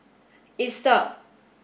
Easter